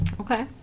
Okay